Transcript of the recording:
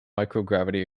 microgravity